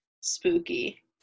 spooky